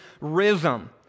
rhythm